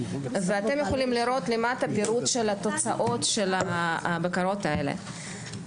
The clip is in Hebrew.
אתם יכולים לראות למטה פירוט של התוצאות של הבקרות האלה.